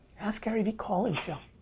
askgaryvee call in show.